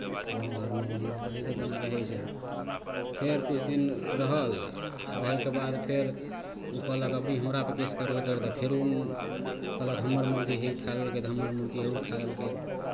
गाँव घरमे ओहिना रहै जाइ छै जेना रहै छै फेर किछु दिन रहल आ रहैके बाद फेर ओ कहलक एहिबेरी हमरापर केस करलकै तऽ फेर ओ कहलक हमर मुरगी हे ई खा लेलकै तऽ हमर मुरगी हे ऊ खा लेलकै